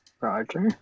roger